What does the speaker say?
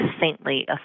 saintly